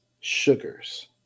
sugars